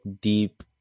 deep